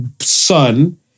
son